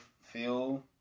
feel